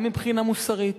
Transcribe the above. גם מבחינה מוסרית,